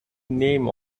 name